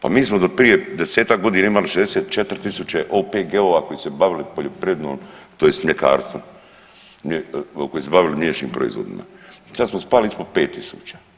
Pa mi smo do prije 10 godina imali 64.000 OPG-ova koji su se bavili poljoprivrednom tj. mljekarstvom, koji su se bavili mliječnim proizvodima sad smo spali ispod 5.000.